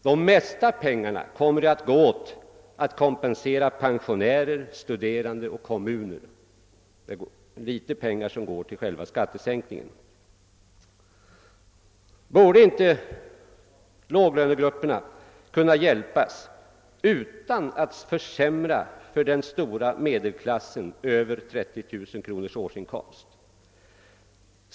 Den största delen av pengarna kommer att gå åt till att kompensera pensionärer, studerande och kommuner. En mycket ringa del av pengarna kommer att gå till själva skattesänkningen. Borde inte låglönegrupperna kunna hjäpas utan att man försämrar för den stora medelklassen med över 30 000 kronors årsinkomst?